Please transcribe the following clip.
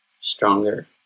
stronger